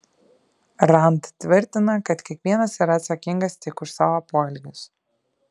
rand tvirtina kad kiekvienas yra atsakingas tik už savo poelgius